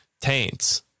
taints